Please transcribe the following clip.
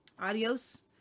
Adios